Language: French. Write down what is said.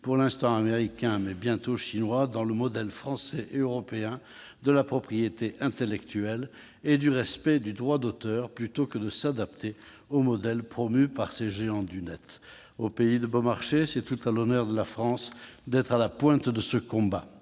pour l'instant américains, mais bientôt chinois, dans le modèle français et européen de la propriété intellectuelle et du respect du droit d'auteur, plutôt que de s'adapter au modèle promu par ces géants du net. Au pays de Beaumarchais, c'est tout à l'honneur de la France d'être à la pointe de ce combat.